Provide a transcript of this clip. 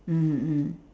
mmhmm mm